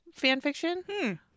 fanfiction